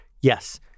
yes